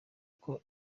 kuko